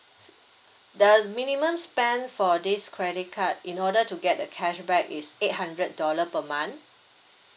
the minimum spend for this credit card in order to get the cashback is eight hundred dollar per month